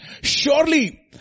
Surely